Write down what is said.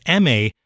MA